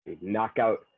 knockout